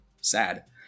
sad